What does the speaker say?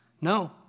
No